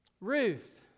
Ruth